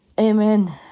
Amen